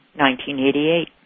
1988